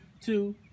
two